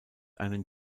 einen